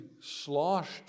sloshed